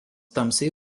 tamsiai